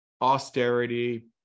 austerity